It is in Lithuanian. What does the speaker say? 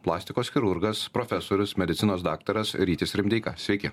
plastikos chirurgas profesorius medicinos daktaras rytis rimdeika sveiki